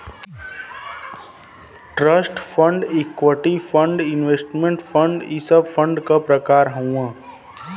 trust fund equity fund investment fund इ सब fund क प्रकार हउवन